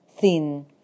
thin